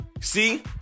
See